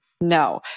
no